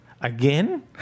again